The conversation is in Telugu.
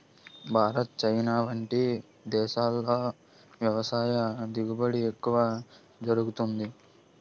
భారత్, చైనా వంటి దేశాల్లో వ్యవసాయ దిగుబడి ఎక్కువ జరుగుతుంది